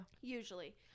Usually